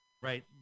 right